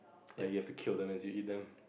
like you have to kill them as you eat them